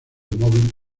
móvil